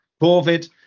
covid